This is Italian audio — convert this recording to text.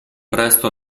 presto